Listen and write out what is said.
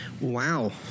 Wow